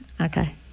Okay